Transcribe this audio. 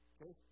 Okay